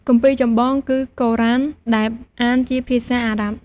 គម្ពីរចម្បងគឺ កូរ៉ាន ដែលអានជាភាសាអារ៉ាប់។